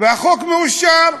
והחוק מאושר,